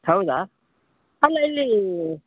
ಹೌದು ಅಲ್ಲ ಇಲ್ಲಿ